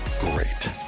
great